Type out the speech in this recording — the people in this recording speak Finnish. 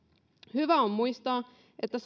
hyvä on muistaa että